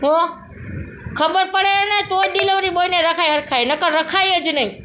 શું ખબર પડે એને તો જ ડિલેવરી બૉયને રખાય સરખા નહીંતર રખાય જ નહીં